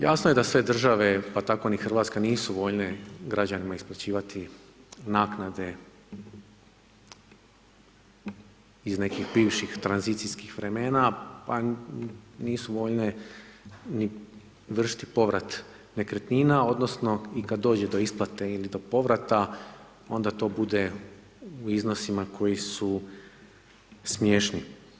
Jasno je da sve države pa tako ni Hrvatska nisu voljne građanima isplaćivati naknade iz nekih bivših tranzicijskih vremena pa nisu voljne ni vršiti povrat nekretnina, odnosno i kad dođe do isplate ili do povrata onda to bude u iznosima koji su smiješni.